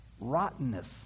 rottenness